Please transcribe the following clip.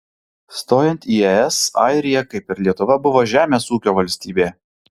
stojant į es airija kaip ir lietuva buvo žemės ūkio valstybė